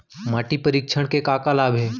माटी परीक्षण के का का लाभ हे?